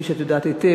כפי שאת יודעת היטב,